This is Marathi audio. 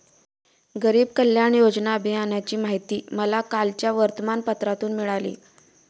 गरीब कल्याण योजना अभियानाची माहिती मला कालच्या वर्तमानपत्रातून मिळाली